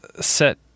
set